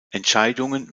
entscheidungen